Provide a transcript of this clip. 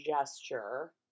gesture